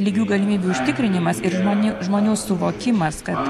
lygių galimybių užtikrinimas ir žmonių žmonių suvokimas kad